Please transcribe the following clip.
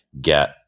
get